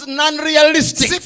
non-realistic